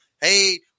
Hey